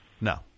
No